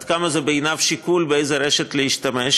עד כמה זה בעיניו שיקול באיזו רשת להשתמש,